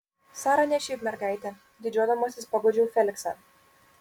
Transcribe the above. sara ne šiaip mergaitė didžiuodamasis paguodžiau feliksą